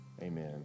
amen